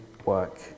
work